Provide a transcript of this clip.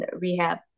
rehab